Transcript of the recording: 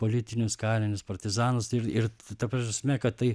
politinius kalinius partizanus tai ir ta prasme kad tai